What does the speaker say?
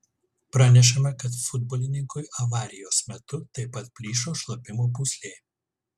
pranešama kad futbolininkui avarijos metu taip pat plyšo šlapimo pūslė